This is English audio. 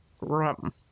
rum